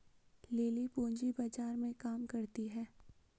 lily पूंजी बाजार में काम करती है